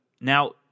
Now